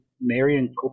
Marion